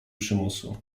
przymusu